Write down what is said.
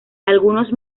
algunos